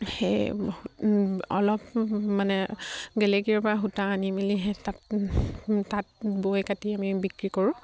সেই অলপ মানে গেলেকীৰ পৰা সূতা আনি মেলি সেই তাত তাঁত বৈ কাটি আমি বিক্ৰী কৰোঁ